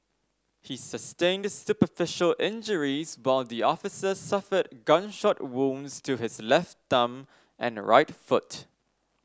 he sustained superficial injuries while the officer suffered gunshot wounds to his left thumb and right foot